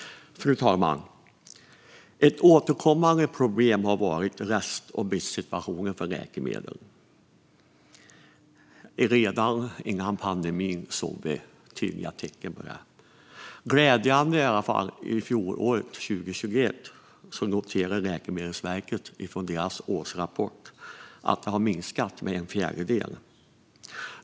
Fru talman! Ett återkommande problem har varit rest och bristsituationer för läkemedel. Redan före pandemin såg vi tydliga tecken på det. Glädjande nog kunde dock Läkemedelsverket i sin årsrapport under 2021 notera att det har minskat med en fjärdedel.